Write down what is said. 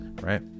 right